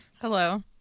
Hello